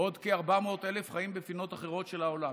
ועוד כ-400,000 חיים בפינות אחרות של העולם.